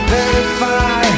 Verify